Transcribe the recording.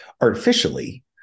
artificially